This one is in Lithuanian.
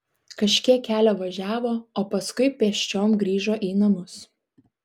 kažkiek kelio važiavo o paskui pėsčiom grįžo į namus